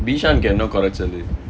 bishan என்ன கொறச்சலு:enna korachalu